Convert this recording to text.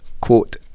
quote